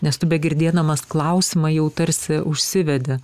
nes tu begirdėdamas klausimą jau tarsi užsivedi